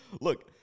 look